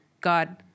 God